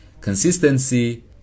Consistency